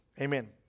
Amen